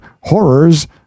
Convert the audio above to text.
horrors